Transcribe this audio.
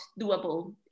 doable